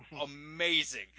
amazing